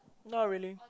not really